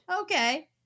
Okay